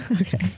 Okay